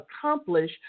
accomplish